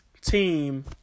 team